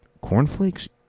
cornflakes